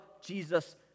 Jesus